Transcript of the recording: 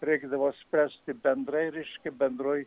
reikdavo spręsti bendrai reiškia bendroj